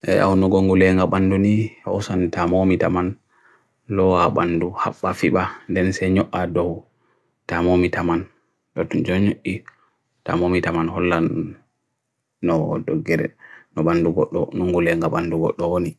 ɟʒ' nungongu ley nga bandu ni ʒ' osanitamu amitaman ʒ' lua bandu haf ʒ' pafi ba ɟən se nhok ado ʒ' tamu amitaman ʒ' tenjone yi ʒ' tamu amitaman ʒ' lan ʒ' nungo ley nga bandu ʒ' doa ni